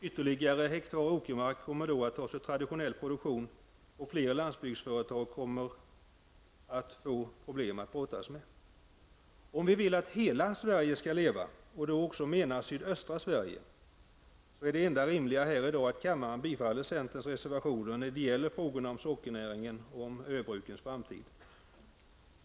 Ytterligare hektar åkermark kommer då att tas ur traditionell produktion, och fler landsbygdsföretag kommer att få problem att brottas med. Om vi vill att hela Sverige skall leva -- och vi då också menar sydöstra Sverige -- är det enda rimliga att kammaren bifaller centerns reservation när det gäller frågan om sockernäringen och öbrukens framtid.